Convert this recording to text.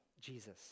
Jesus